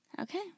Okay